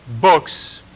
books